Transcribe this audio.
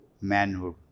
manhood